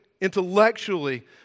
intellectually